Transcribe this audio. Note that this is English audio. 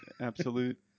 absolute